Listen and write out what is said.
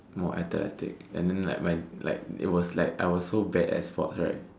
more athletic and then like when like it was like I was so bad at sports right